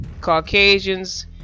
Caucasians